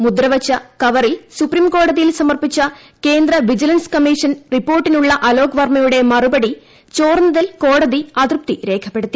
മുദ്രവച്ച കവറിൽ സുപ്രീംകോടതിയിൽ സമർപ്പിച്ച വിജിലൻസ് കമ്മീഷൻ റിപ്പോർട്ടിനുള്ള അലോക് കേന്ദ്ര വർമ്മയുടെ മറുപടി ചോർന്നതിൽ കോടതി അതൃപ്തി രേഖപ്പെടുത്തി